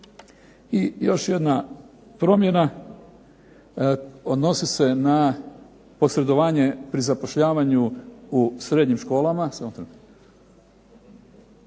I još jedna promjena, odnosi se na posredovanje pri zapošljavanju u srednjim školama.